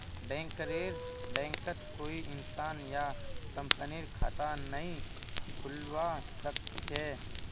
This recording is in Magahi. बैंकरेर बैंकत कोई इंसान या कंपनीर खता नइ खुलवा स ख छ